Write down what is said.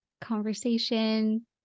conversation